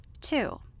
two